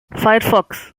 firefox